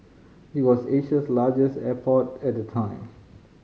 it was Asia's largest airport at the time